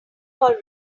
all